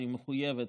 שהיא מחויבת,